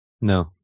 No